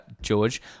George